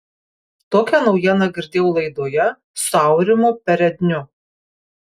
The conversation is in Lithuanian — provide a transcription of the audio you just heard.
tokią naujieną girdėjau laidoje su aurimu peredniu